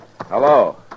Hello